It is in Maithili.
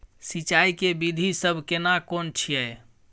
सिंचाई के विधी सब केना कोन छिये?